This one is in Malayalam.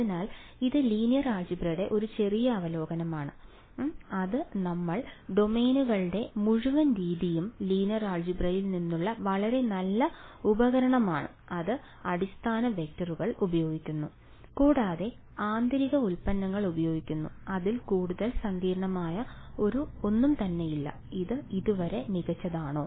അതിനാൽ ഇത് ലീനിയർ ആൾജിബ്രടെ ഒരു ചെറിയ അവലോകനമാണ് അത് നമ്മൾ മൊമെന്റുകളുടെ മുഴുവൻ രീതിയും ലീനിയർ ആൾജിബ്രയിൽ നിന്നുള്ള വളരെ നല്ല ഉപകരണമാണ് അത് അടിസ്ഥാന വെക്റ്ററുകൾ ഉപയോഗിക്കുന്നു കൂടാതെ ആന്തരിക ഉൽപ്പന്നങ്ങൾ ഉപയോഗിക്കുന്നു അതിൽ കൂടുതൽ സങ്കീർണ്ണമായ ഒന്നും തന്നെയില്ല ഇത് ഇതുവരെ മികച്ചതാണോ